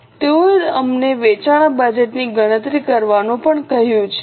તેઓએ અમને વેચાણ બજેટની ગણતરી કરવાનું પણ કહ્યું છે